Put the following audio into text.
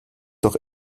doch